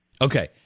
Okay